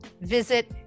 visit